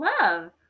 Love